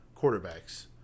quarterbacks